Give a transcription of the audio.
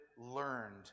learned